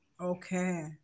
Okay